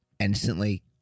Instantly